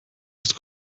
ist